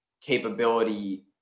capability